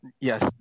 yes